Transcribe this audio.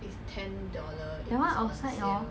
that [one] outside orh